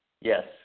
Yes